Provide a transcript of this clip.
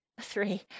Three